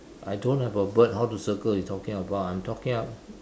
I don't have a bird how to circle you talking about I'm talking about